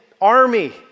army